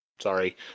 sorry